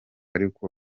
ariko